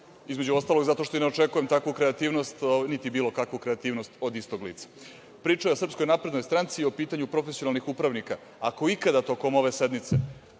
između ostalog i zato što ne očekujem takvu kreativnost, niti bilo kakvu kreativnost od istog lica. Pričao je o SNS i o pitanju profesionalnih upravnika. Ako ikada tokom ove sednice